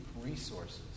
resources